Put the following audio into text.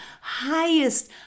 highest